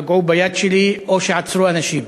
שפגעו ביד שלי או שעצרו אנשים.